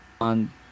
on